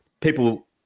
people